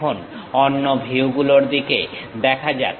এখন অন্য ভিউগুলোর দিকে দেখা যাক